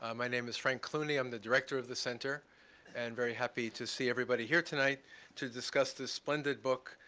um my name is frank clooney. i'm the director of the center and very happy to see everybody here tonight to discuss this splendid book,